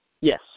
Yes